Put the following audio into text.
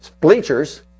bleachers